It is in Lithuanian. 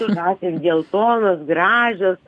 žąsys geltonos gražios